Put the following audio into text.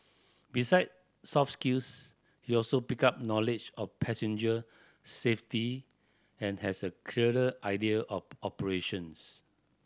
beside soft skills he also picked up knowledge of passenger safety and has a clearer idea of operations